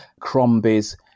crombies